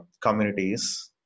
communities